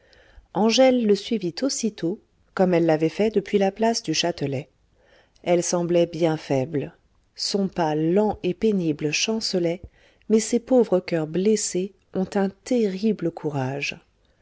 angèle le suivit aussitôt comme elle l'avait fait depuis la place du châtelet elle semblait bien faible son pas lent et pénible chancelait mais ces pauvres coeurs blessés ont un terrible courage